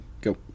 go